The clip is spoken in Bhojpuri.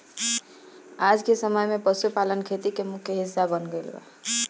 आजके समय में पशुपालन खेती के मुख्य हिस्सा बन गईल बा